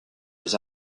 des